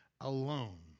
alone